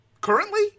currently